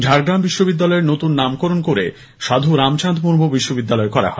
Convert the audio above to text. ঝাড়গ্রাম বিশ্ববিদ্যালয়ের নতুন নামকরণ করে সাধু রামচাঁদ মূর্মু বিশ্ববিদ্যালয় করা হয়